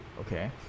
okay